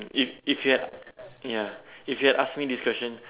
if if he had ya if he had ask me this question